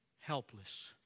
helpless